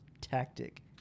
tactic